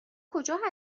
کجا